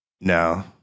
no